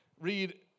read